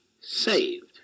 saved